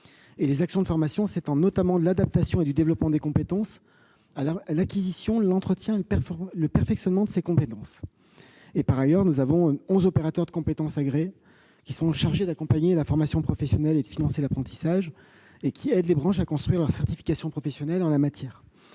et les actions de formation s'étendent notamment de l'adaptation et du développement des compétences à l'acquisition, à l'entretien et au perfectionnement de ces compétences. Par ailleurs, onze opérateurs de compétences agréés sont chargés d'accompagner la formation professionnelle et de financer l'apprentissage ; ils aident les branches à construire leur certification professionnelle en la matière.